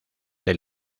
del